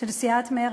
של סיעת מרצ,